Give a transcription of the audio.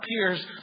appears